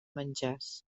menjars